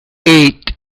eight